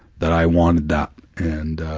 that i wanted that, and ah,